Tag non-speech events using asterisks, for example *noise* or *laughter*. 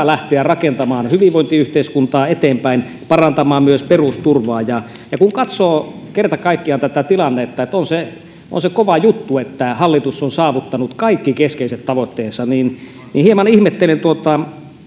*unintelligible* lähteä rakentamaan hyvinvointiyhteiskuntaa eteenpäin parantamaan myös perusturvaa ja ja kun katsoo kerta kaikkiaan tätä tilannetta on se on se kova juttu että hallitus on saavuttanut kaikki keskeiset tavoitteensa niin niin hieman ihmettelen tuota